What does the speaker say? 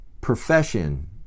profession